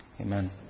Amen